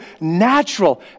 natural